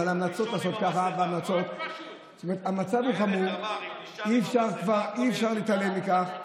המצב חמור, אי-אפשר להתעלם מכך.